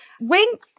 Wink